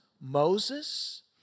Moses